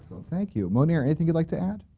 thank you moneer, anything you'd like to add?